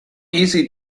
easy